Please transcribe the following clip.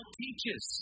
teaches